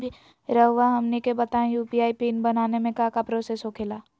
रहुआ हमनी के बताएं यू.पी.आई पिन बनाने में काका प्रोसेस हो खेला?